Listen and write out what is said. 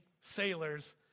sailors